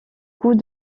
coup